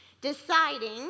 deciding